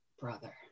brother